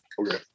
Okay